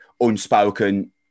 unspoken